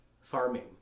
farming